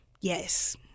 Yes